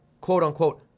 quote-unquote